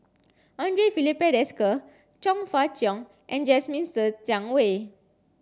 Andre Filipe Desker Chong Fah Cheong and Jasmine Ser Xiang Wei